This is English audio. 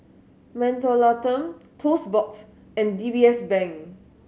Mentholatum Toast Box and D B S Bank